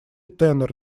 тенор